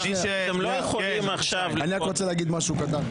אתם לא יכולים לעכשיו לכפות --- אני רק רוצה להגיד משהו קטן.